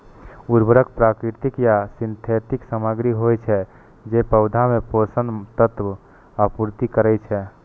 उर्वरक प्राकृतिक या सिंथेटिक सामग्री होइ छै, जे पौधा मे पोषक तत्वक आपूर्ति करै छै